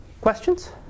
questions